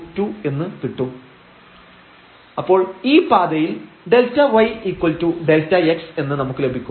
dz∂z∂x Δx∂z∂y Δy0 Δzf0Δx 0Δy f0 0√Δx Δy അപ്പോൾ ഈ പാതയിൽ ΔyΔx എന്ന് നമുക്ക് ലഭിക്കും